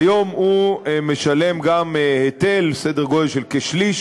כיום הוא משלם גם היטל בסדר גודל של כשליש